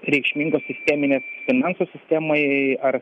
reikšmingos sisteminės finansų sistemai ar